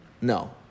No